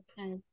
Okay